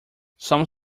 some